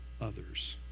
others